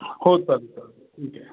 हो चालेल चालेल ठीक आहे